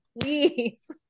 please